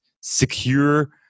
secure